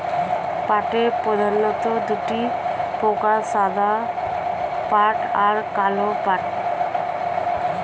পাটের প্রধানত দুটি প্রকার সাদা পাট আর কালো পাট